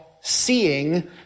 seeing